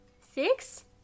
Six